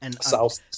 South